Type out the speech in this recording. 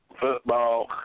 football